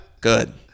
good